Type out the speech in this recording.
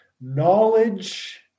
knowledge